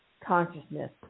consciousness